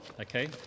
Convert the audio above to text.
okay